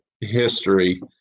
history